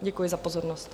Děkuji za pozornost.